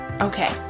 Okay